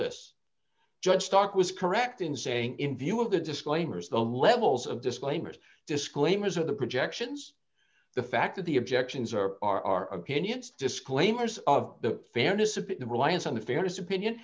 this judge stock was correct in saying in view of the disclaimers the levels of disclaimers disclaimers are the projections the fact that the objections are our opinions disclaimers of the fairness of the reliance on the fairness opinion